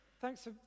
Thanks